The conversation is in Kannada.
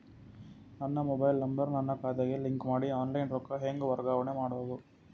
ನನ್ನ ಮೊಬೈಲ್ ನಂಬರ್ ನನ್ನ ಖಾತೆಗೆ ಲಿಂಕ್ ಮಾಡಿ ಆನ್ಲೈನ್ ರೊಕ್ಕ ಹೆಂಗ ವರ್ಗಾವಣೆ ಮಾಡೋದು?